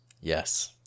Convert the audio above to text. Yes